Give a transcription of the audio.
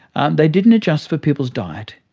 and they didn't adjust for people's diet.